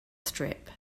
strip